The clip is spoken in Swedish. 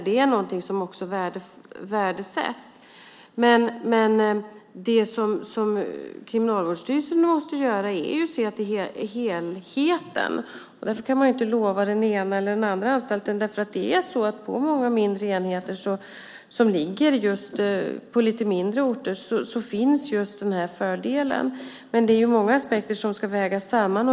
Det är någonting som också värdesätts. Men Kriminalvårdsstyrelsen måste se till helheten. Därför kan man inte lova den ena eller den andra anstalten något. På många mindre enheter som ligger på lite mindre orter finns just fördelen med personalen. Men det är många aspekter som måste vägas samman.